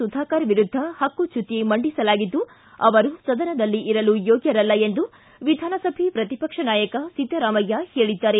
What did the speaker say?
ಸುಧಾಕರ್ ವಿರುದ್ಧ ಪಕ್ಕುಚ್ಯುತಿ ಮಂಡಿಸಲಾಗಿದ್ದು ಅವರು ಸದನದಲ್ಲಿ ಇರಲು ಯೋಗ್ಕರಲ್ಲ ಎಂದು ವಿಧಾನಸಭೆ ಪ್ರತಿಪಕ್ಷ ನಾಯಕ ಸಿದ್ದರಾಮಯ್ಕ ಹೇಳಿದ್ದಾರೆ